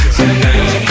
tonight